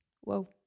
Whoa